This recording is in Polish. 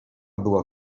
była